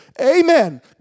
Amen